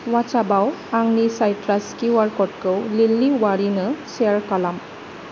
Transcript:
अवाट्सएपाव आंनि साइट्रास Q R क'डखौ लिलि औवारिनो सेयार खालाम